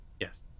Yes